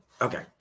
Okay